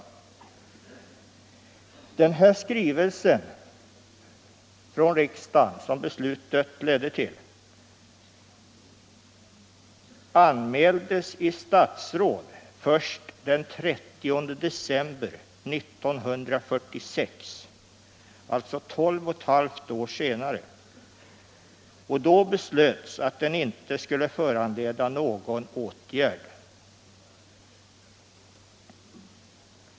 Den skrivelse från riksdagen som beslutet ledde till anmäldes i statsråd först den 30 december 1946, alltså 12 1/2 år senare. Då beslöts att skrivelsen inte skulle föranleda någon åtgärd.